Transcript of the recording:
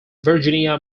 virginia